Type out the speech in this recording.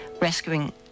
rescuing